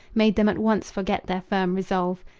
made them at once forget their firm resolve.